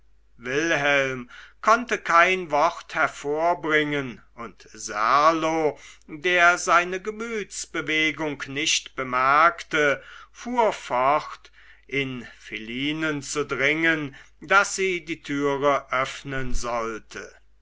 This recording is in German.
wilhelm konnte kein wort hervorbringen und serlo der seine gemütsbewegung nicht bemerkte fuhr fort in philinen zu dringen daß sie die türe öffnen sollte